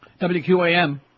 WQAM